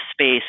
space